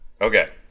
Okay